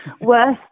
worth